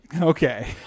Okay